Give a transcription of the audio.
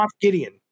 Gideon